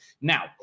Now